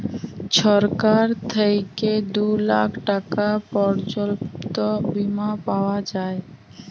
ছরকার থ্যাইকে দু লাখ টাকা পর্যল্ত বীমা পাউয়া যায়